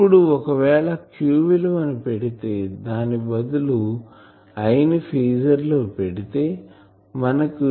ఇప్పుడు ఒకవేళ q విలువని పెడితే దాని బదులు I ని ఫేజర్ లో పెడితే మనకి